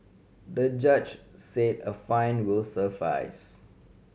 the judge said a fine will suffice